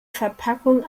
verpackung